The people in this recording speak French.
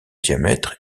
diamètre